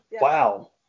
Wow